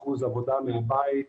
30% עבודה מהבית,